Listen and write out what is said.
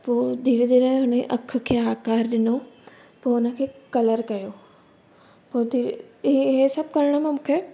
पोइ धीरे धीरे हुनजी अखि खे आकार ॾिनो पोइ हुनखे कलर कयो पोइ धी हीअ हीअ सभु करण में मूंखे